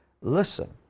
listen